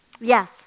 Yes